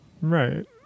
Right